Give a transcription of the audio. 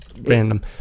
random